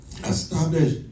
establish